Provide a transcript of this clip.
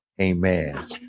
Amen